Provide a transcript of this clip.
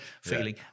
feeling